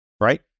right